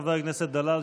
חבר הכנסת דלל,